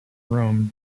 rome